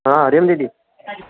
हा हरि ओम दीदी